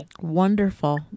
Wonderful